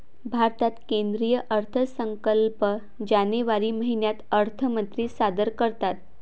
भारतात केंद्रीय अर्थसंकल्प जानेवारी महिन्यात अर्थमंत्री सादर करतात